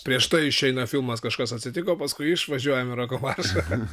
prieš tai išeina filmas kažkas atsitiko paskui išvažiuojam į roko maršą